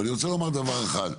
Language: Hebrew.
אני רוצה לומר דבר אחד.